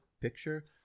picture